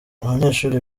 abanyeshuri